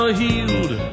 healed